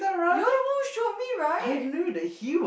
your the one showed me right